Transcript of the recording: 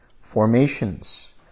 Formations